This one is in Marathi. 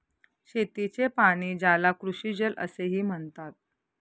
शेतीचे पाणी, ज्याला कृषीजल असेही म्हणतात